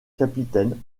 capitaine